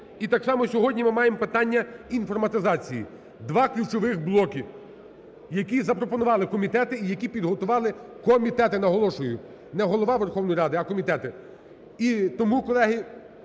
І так само сьогодні ми маємо питання інформатизації. Два ключових блоки, які запропонували комітети і які підготувати комітети. Наголошую: не Голова Верховної Ради, а комітети. І тому, колеги,